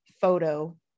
photo